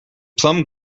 plumb